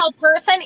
person